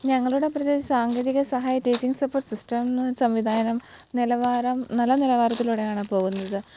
ഞങ്ങളുടെ പ്രദേശത്ത് സാങ്കേതിക സഹായ ടീച്ചിങ്ങ് സപ്പോർട്ട് സിസ്റ്റം എന്ന സംവിധാനം നിലവാരം നല്ല നിലവാരത്തിലൂടെയാണ് പോകുന്നത്